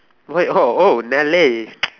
why oh oh Nelly